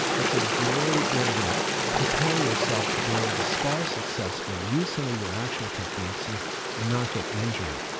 it's a great way to prepare yourself to be able to spar successfully, use some of your actual techniques, and and not get injured.